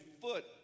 foot